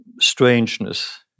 strangeness